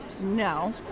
no